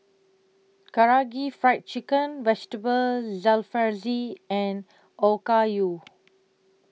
Karaage Fried Chicken Vegetable Jalfrezi and Okayu